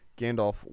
Gandalf